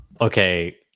Okay